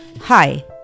Hi